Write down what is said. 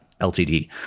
ltd